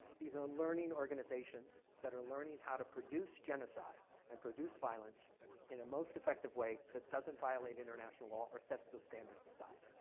these are learning organizations that are learning how to produce genocide and produce violence in a most effective way that doesn't violate international law or sets of standards aside.